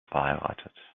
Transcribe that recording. verheiratet